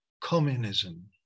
Communism